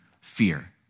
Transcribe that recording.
fear